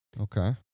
Okay